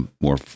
more